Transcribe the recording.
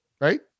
right